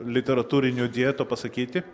literatūrinių dietų pasakyti